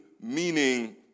meaning